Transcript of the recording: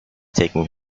taking